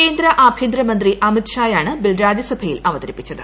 കേന്ദ്ര ആഭ്യന്തരമന്ത്രി അമിത്ഷായാണ് ബില്ല് രാജ്യസഭയിൽ അവതരിപ്പിച്ചത്